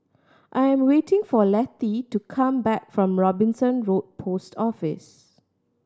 I am waiting for Lettie to come back from Robinson Road Post Office